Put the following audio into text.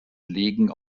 legen